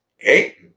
Okay